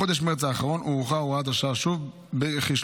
בחודש מרץ האחרון הוארכה הוראת השעה שוב בכשלושה